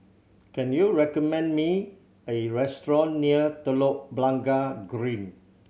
can you recommend me a restaurant near Telok Blangah Green